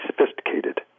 sophisticated